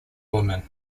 women